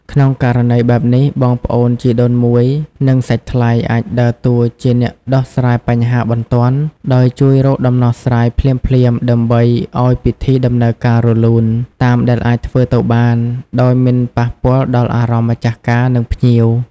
ក្នុងករណីបែបនេះ បងប្អូនជីដូនមួយ និងសាច់ថ្លៃអាចដើរតួជា អ្នកដោះស្រាយបញ្ហាបន្ទាន់ ដោយជួយរកដំណោះស្រាយភ្លាមៗ ដើម្បី ឱ្យពិធីដំណើរការរលូន តាមដែលអាចធ្វើទៅបាន ដោយមិនប៉ះពាល់ដល់អារម្មណ៍ម្ចាស់ការ និងភ្ញៀវ។